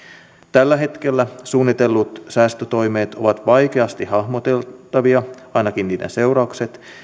tällä hetkellä suunnitellut säästötoimet ovat vaikeasti hahmotettavia ainakin niiden seuraukset